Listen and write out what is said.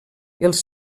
els